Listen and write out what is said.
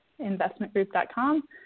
investmentgroup.com